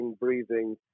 breathing